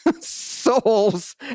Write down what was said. souls